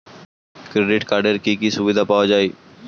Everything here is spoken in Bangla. ক্রেডিট কার্ডের কি কি সুবিধা পাওয়া যায়?